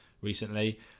recently